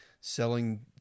selling